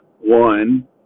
One